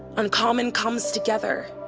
uncommon comes together.